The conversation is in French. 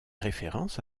référence